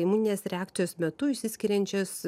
imuninės reakcijos metu išsiskiriančias